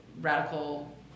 radical